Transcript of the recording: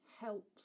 helps